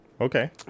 Okay